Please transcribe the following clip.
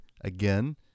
again